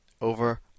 over